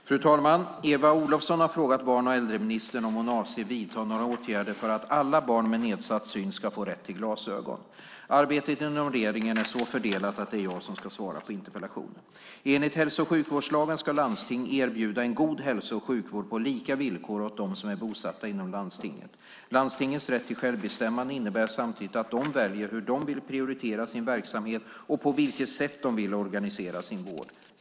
Fru talman! Eva Olofsson har frågat barn och äldreministern om hon avser att vidta några åtgärder för att alla barn med nedsatt syn ska få rätt till glasögon. Arbetet inom regeringen är så fördelat att det är jag som ska svara på interpellationen. Enligt hälso och sjukvårdslagen ska landsting erbjuda god hälso och sjukvård på lika villkor åt dem som är bosatta inom landstinget. Landstingens rätt till självbestämmande innebär samtidigt att de väljer hur de vill prioritera inom sin verksamhet och på vilket sätt de vill organisera sin vård.